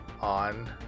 on